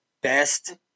best